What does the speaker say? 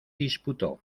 disputó